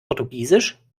portugiesisch